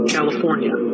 California